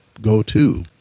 go-to